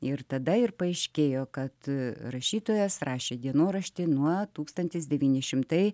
ir tada ir paaiškėjo kad rašytojas rašė dienoraštį nuo tūkstantis devyni šimtai